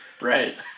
Right